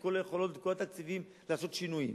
כל היכולות וכל התקציבים לעשות שינויים,